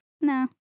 No